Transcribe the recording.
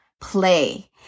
play